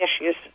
issues